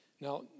Now